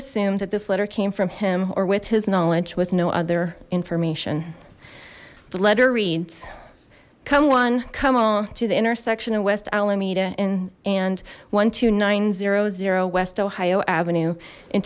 assume that this letter came from him or with his knowledge with no other information the letter reads come one come on to the intersection of west alameda and and one two nine zero zero west ohio avenue and